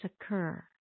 occur